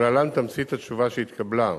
ולהלן תמצית התשובה שהתקבלה: